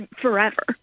forever